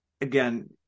again